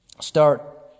Start